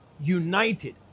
united